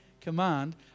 command